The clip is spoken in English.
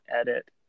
edit